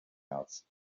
else